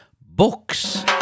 Books